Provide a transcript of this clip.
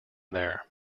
there